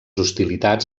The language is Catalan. hostilitats